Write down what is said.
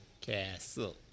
Castle